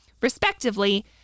respectively